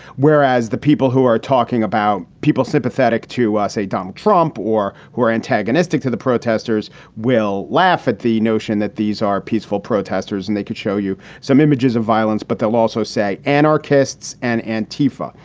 whereas the people who are talking about people sympathetic to, ah say, donald trump or who are antagonistic to the protesters will laugh at the notion that these are peaceful protesters and they could show you some images of violence, but they'll also say anarchists and antifa.